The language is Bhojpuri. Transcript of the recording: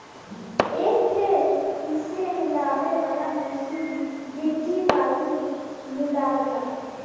एक ठे पीसे मिलावे वाला मसीन गिट्टी बालू मिलावला